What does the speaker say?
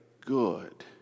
good